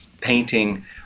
painting